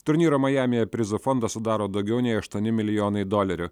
turnyro majamyje prizų fondą sudaro daugiau nei aštuoni milijonai dolerių